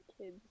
kids